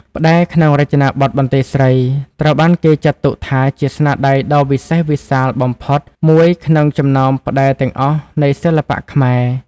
ផ្តែរក្នុងរចនាបថបន្ទាយស្រី ត្រូវបានគេចាត់ទុកថាជា ស្នាដៃដ៏វិសេសវិសាលបំផុត មួយក្នុងចំណោមផ្តែរទាំងអស់នៃសិល្បៈខ្មែរ។